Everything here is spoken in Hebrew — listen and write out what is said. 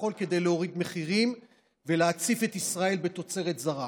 כביכול כדי להוריד מחירים ולהציף את ישראל בתוצרת זרה.